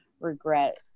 regret